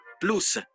Plus